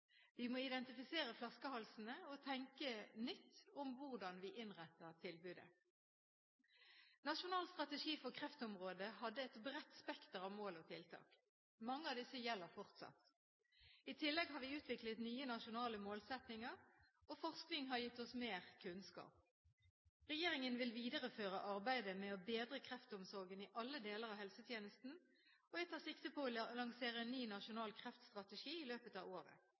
Vi må identifisere flaskehalsene og tenke nytt om hvordan vi innretter tilbudet. Nasjonal strategi for kreftområdet hadde et bredt spekter av mål og tiltak. Mange av disse gjelder fortsatt. I tillegg har vi utviklet nye nasjonale målsettinger, og forskning har gitt oss mer kunnskap. Regjeringen vil videreføre arbeidet med å bedre kreftomsorgen i alle deler av helsetjenesten, og jeg tar sikte på å lansere en ny nasjonal kreftstrategi i løpet av året.